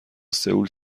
سئول